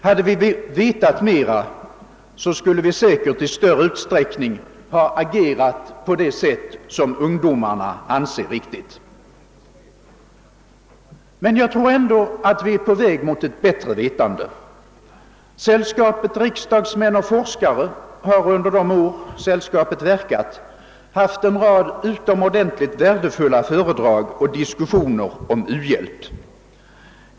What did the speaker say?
Hade vi vetat mera skulle vi säkert i större utsträckning ha agerat på det sätt som ungdomarna anser riktigt. Men jag tror ändå att vi är på väg mot ett bättre vetande. Sällskapet Riksdagsmän och forskare har under de år sällskapet verkat haft en rad utomordentligt värdefulla föredrag och diskussioner om u-hjälp.